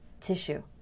tissue